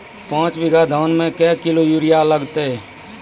पाँच बीघा धान मे क्या किलो यूरिया लागते?